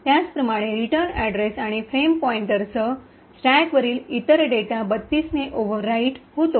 त्याचप्रमाणे return address आणि frame पॉईंटरसह स्टॅकवरील इतर डेटा 32 ने ओव्हर राईट होतो